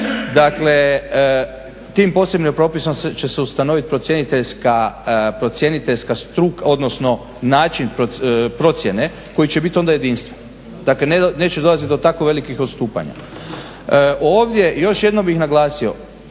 Dakle, tim posebnim propisom će se ustanoviti procjeniteljska struka, odnosno način procjene koji će biti onda jedinstven. Dakle, neće dolaziti do tako velikih odstupanja. Ovdje, i još jedno bih naglasio,